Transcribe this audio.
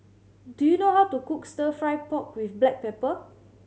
do you know how to cook Stir Fry pork with black pepper